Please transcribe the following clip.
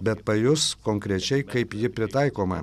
bet pajus konkrečiai kaip ji pritaikoma